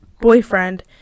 boyfriend